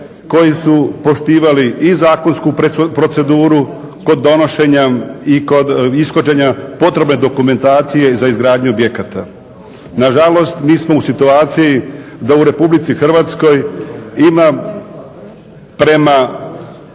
koji su poštivali i zakonsku proceduru kod donošenja i kod ishođenja potrebne dokumentacije za izgradnju objekata. Na žalost mi smo u situaciji da u Republici Hrvatskoj ima prema